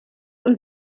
und